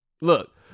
Look